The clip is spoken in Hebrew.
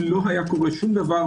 לא היה קורה דבר,